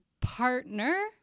partner